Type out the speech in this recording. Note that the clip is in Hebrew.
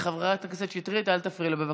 חברת הכנסת שטרית, אל תפריעי לו, בבקשה.